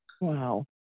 Wow